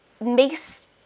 makes